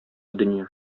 дөнья